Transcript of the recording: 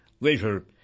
Later